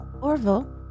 Orville